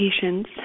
patience